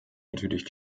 natürlich